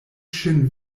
ŝin